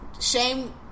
Shame